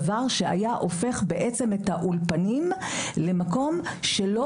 דבר שהיה הופך את האולפנים למקום שלא